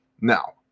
Now